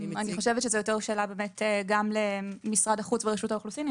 אני חושבת שזו יותר שאלה גם למשרד האוכלוסין ורשות האוכלוסין.